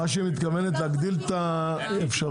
מה שהיא מתכוונת, להגדיל את האפשרות.